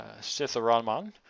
sitharaman